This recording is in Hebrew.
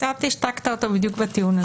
קצת השתקת אותו בדיוק בטיעון הזה.